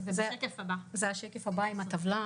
זה השקף הבא עם הטבלה.